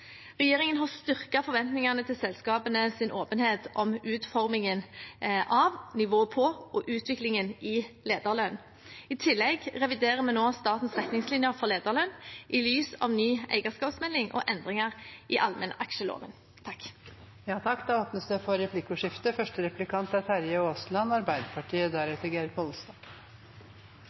Regjeringen har styrket forventningene til selskapenes åpenhet om utformingen av, nivået på og utviklingen i lederlønn. I tillegg reviderer vi nå statens retningslinjer for lederlønn i lys av ny eierskapsmelding og endringer i allmennaksjeloven. Det blir replikkordskifte. Statsråden understreket det betydelige statlige eierskapet i sitt innlegg, og det er